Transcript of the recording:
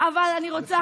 אבל אני רוצה,